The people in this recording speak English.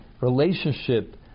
relationship